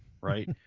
right